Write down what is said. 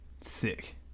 Sick